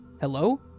Hello